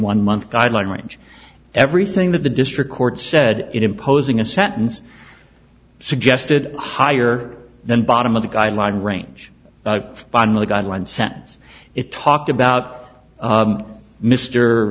one month guideline range everything that the district court said in imposing a sentence suggested higher than bottom of the guideline range finally got one sentence it talked about